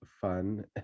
fun